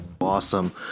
Awesome